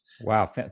Wow